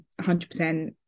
100%